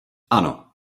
ano